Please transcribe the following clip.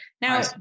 Now